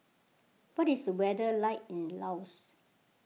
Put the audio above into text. what is the weather like in Laos